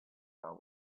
fell